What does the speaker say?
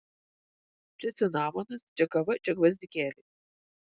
čia cinamonas čia kava čia gvazdikėliai